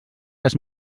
les